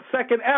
second